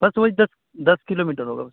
بس وہی دس دس کلومیٹر ہوگا بس